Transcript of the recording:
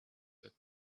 that